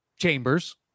chambers